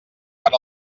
per